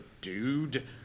dude